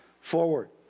forward